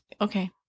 Okay